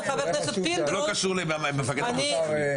היו"ר מירב בן ארי (יו"ר ועדת ביטחון הפנים): חבר הכנסת אורי מקלב,